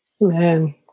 Man